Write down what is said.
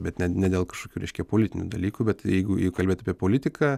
bet ne ne dėl kažkokių reiškia politinių dalykų bet jeigu kalbėt apie politiką